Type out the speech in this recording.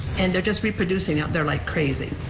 and they're just reproducing out there like crazy.